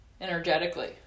energetically